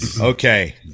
Okay